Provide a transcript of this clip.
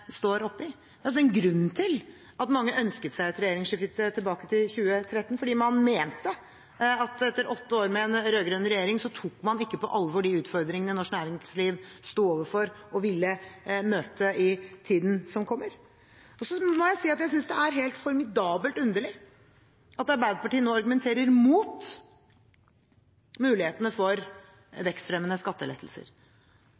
det er altså en grunn til at mange ønsket seg et regjeringsskifte i 2013, fordi man mente at etter åtte år med en rød-grønn regjering tok man ikke på alvor de utfordringene norsk næringsliv sto overfor og ville møte i tiden som kommer. Så må jeg si at jeg synes det er helt formidabelt underlig at Arbeiderpartiet nå argumenterer imot mulighetene for